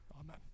Amen